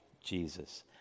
Jesus